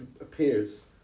appears